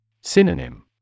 Synonym